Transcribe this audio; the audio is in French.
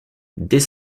dès